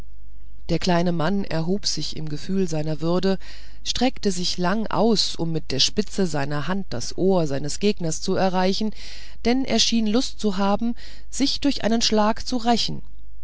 der kleine mann erhob sich im gefühl seiner würde streckte sich lange aus um mit der spitze seiner hand das ohr seines gegners zu erreichen denn er schien lust zu haben sich durch einen schlag zu rächen